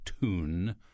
tune